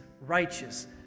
righteous